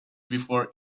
before